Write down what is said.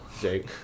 Jake